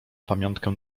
pamiątkę